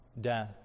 death